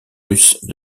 russes